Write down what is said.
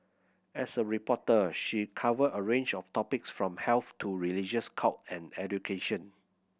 as a reporter she covered a range of topics from health to religious cults and education